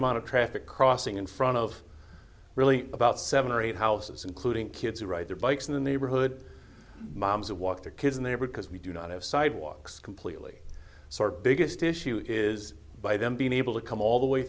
amount of traffic crossing in front of really about seven or eight houses including kids who ride their bikes in the neighborhood moms or walk their kids in there because we do not have sidewalks completely sort biggest issue is by them being able to come all the way